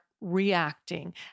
Reacting